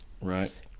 Right